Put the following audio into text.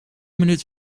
minuut